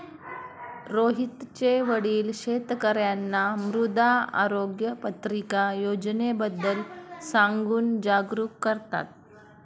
रोहितचे वडील शेतकर्यांना मृदा आरोग्य पत्रिका योजनेबद्दल सांगून जागरूक करतात